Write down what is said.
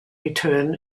return